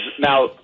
now